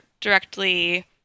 directly